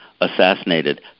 assassinated